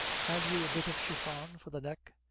have you a bit of chiffon for the neck?